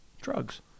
drugs